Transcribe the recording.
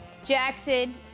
Jackson